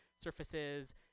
surfaces